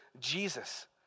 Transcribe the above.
Jesus